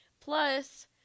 plus